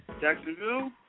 Jacksonville